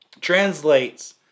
translates